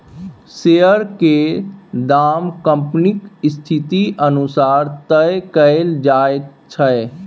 share केर दाम कंपनीक स्थिति अनुसार तय कएल जाइत छै